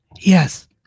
yes